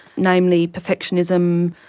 namely perfectionism,